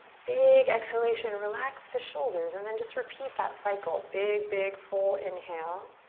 big exhalation, relax the shoulders and then just repeat that cycle. big, big full inhale,